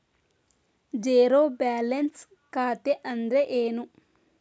Zero balance ಖಾತೆ ಅಂದ್ರೆ ಏನು?